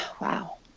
Wow